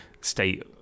state